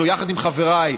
יחד עם חבריי,